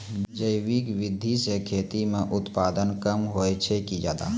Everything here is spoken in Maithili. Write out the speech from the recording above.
जैविक विधि से खेती म उत्पादन कम होय छै कि ज्यादा?